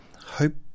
Hope